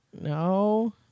no